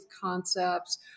concepts